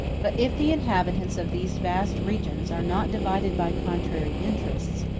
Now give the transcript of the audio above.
but if the inhabitants of these vast regions are not divided by contrary interests,